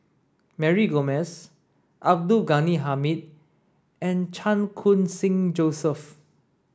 Mary Gomes Abdul Ghani Hamid and Chan Khun Sing Joseph